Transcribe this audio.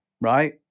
right